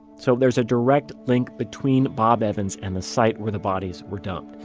so there's a direct link between bob evans and the site where the bodies were dumped.